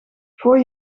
voor